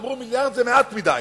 אמרו מיליארד זה מעט מדי